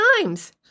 times